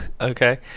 Okay